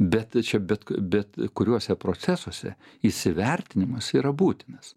bet čia bet bet kuriuose procesuose įsivertinimas yra būtinas